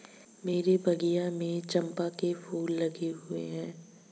मेरे बगिया में चंपा के फूल लगे हुए हैं